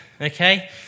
okay